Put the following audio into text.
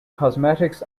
cosmetics